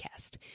podcast